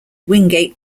wingate